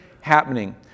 happening